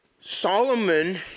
Solomon